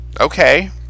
Okay